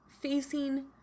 facing